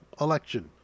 election